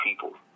people